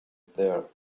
there